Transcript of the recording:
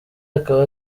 akaba